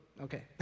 okay